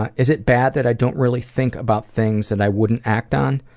ah is it bad that i don't really think about things that i wouldn't act on?